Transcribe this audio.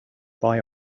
buy